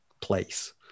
place